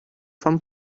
fun